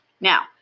Now